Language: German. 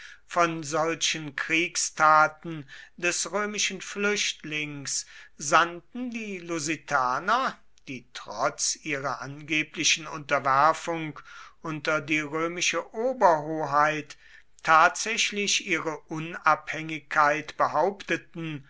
von solchen kriegstaten des römischen flüchtlings sandten die lusitaner die trotz ihrer angeblichen unterwerfung unter die römische oberhoheit tatsächlich ihre unabhängigkeit behaupteten